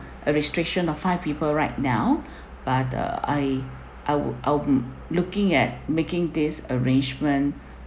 a restriction of five people right now but uh I I would I would looking at making this arrangement